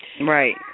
Right